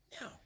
No